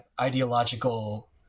ideological